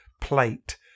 plate